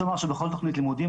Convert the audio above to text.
יש לומר שבכל תוכנית לימודים,